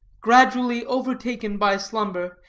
gradually overtaken by slumber,